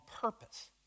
purpose